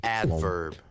adverb